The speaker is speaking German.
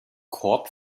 korb